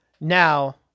Now